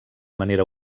manera